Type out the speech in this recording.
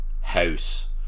house